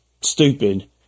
stupid